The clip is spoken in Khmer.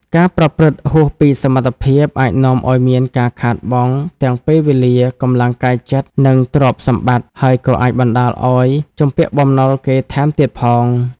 ការប្រព្រឹត្តហួសពីសមត្ថភាព អាចនាំឲ្យមានការខាតបង់ទាំងពេលវេលា កម្លាំងកាយចិត្ត និងទ្រព្យសម្បត្តិ ហើយក៏អាចបណ្ដាលឲ្យជំពាក់បំណុលគេថែមទៀតផង។